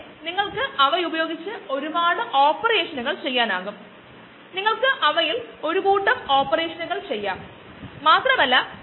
ചില ബയോ റിയാക്ടറുകൾ എല്ലാത്തരം ഓപ്പറേഷൻ മോഡുകൾക്കും അല്ലെങ്കിൽ മൂന്ന് ഓപ്പറേഷൻ മോഡുകൾക്കും ചെയ്തു കൊടുക്കുന്നു ബാച്ച് കണ്ടിന്യൂസ് ഫെഡ് ബാച്ചും